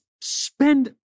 spend